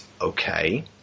okay